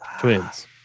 Twins